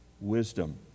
wisdom